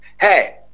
hey